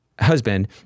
Husband